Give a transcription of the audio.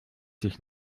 sich